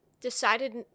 decided